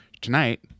tonight